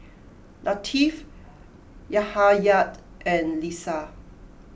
Latif Yahaya and Lisa